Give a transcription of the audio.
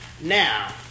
Now